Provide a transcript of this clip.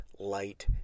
Light